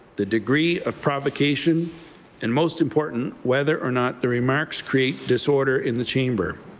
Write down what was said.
the degree of provocation and most important, whether or not the remarks create disorder in the chamber.